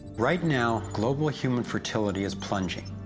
right now, global human fertility is plunging.